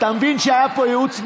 אתה מבין שהיה פה ייעוץ משפטי?